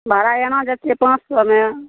भाड़ा एना जएतै पाँच सओमे